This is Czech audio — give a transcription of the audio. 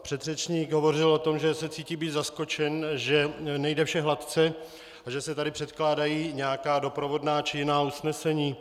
Předřečník hovořil o tom, že se cítí být zaskočen, že nejde vše hladce a že se tady předkládají nějaká doprovodná či jiná usnesení.